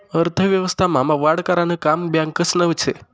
अर्थव्यवस्था मा वाढ करानं काम बॅकासनं से